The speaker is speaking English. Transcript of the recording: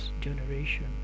generation